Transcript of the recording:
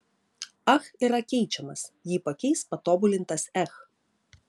ach yra keičiamas jį pakeis patobulintas ech